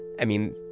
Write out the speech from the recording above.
i mean,